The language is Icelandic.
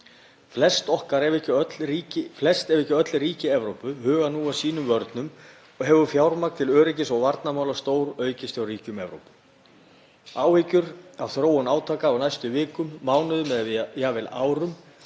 Flest ef ekki öll ríki Evrópu huga nú að sínum vörnum og hefur fjármagn til öryggis- og varnarmála stóraukist hjá ríkjum Evrópu. Áhyggjur af þróun átaka á næstu vikum, mánuðum eða jafnvel árum